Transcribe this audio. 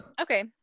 Okay